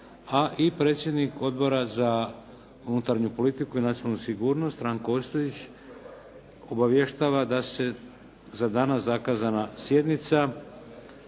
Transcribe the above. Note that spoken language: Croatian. i predsjednik Odbora za unutarnju politiku i nacionalnu sigurnost Ranko Ostojić obavještava da se za danas zakazana sjednica